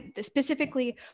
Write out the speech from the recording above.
specifically